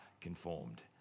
conformed